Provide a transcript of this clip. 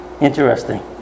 interesting